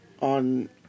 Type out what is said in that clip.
on